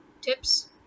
tips